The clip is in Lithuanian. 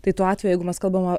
tai tuo atveju jeigu mes kalbame